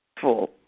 Full